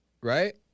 Right